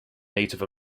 native